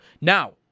Now